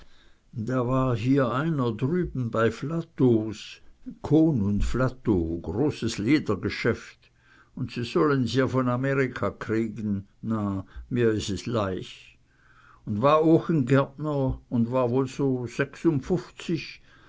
da war hier einer drüben bei flatows cohn und flatow großes ledergeschäft un sie sollen's ja von amerika kriegen na mir is es jleich un war ooch en gärtner un war woll so sechsundfufzig